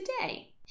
today